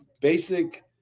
basic